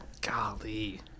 Golly